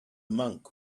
monk